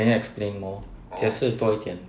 can you explain more 解释多一点